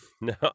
No